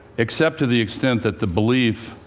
except to the extent that the belief